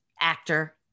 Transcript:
actor